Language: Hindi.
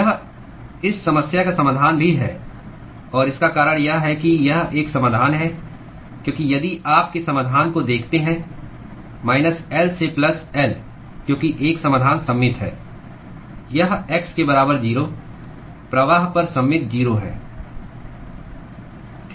यह इस समस्या का समाधान भी है और इसका कारण यह है कि यह एक समाधान है क्योंकि यदि आप के समाधान को देखते हैं माइनस L से प्लस L क्योंकि एक समाधान सममित है यह x के बराबर 0 प्रवाह पर सममित 0 है